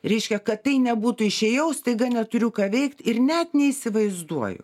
reiškia kad tai nebūtų išėjau staiga neturiu ką veikt ir net neįsivaizduoju